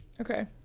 Okay